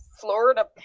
Florida